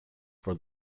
for